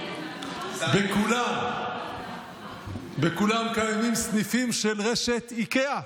בכולם קיימים סניפים של רשת איקאה.